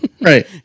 right